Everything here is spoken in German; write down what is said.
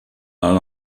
eine